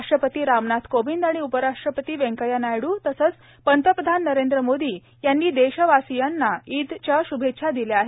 राष्ट्रपती रामनाथ कोविंद आणि उपराष्ट्रपती व्यंकैय्या नायडू तसंच पंतप्रधान नरेंद्र मोदी यांनी देशवासींयाना ईदच्या श्भेच्छा दिल्या आहेत